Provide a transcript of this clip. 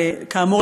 וכאמור,